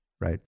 right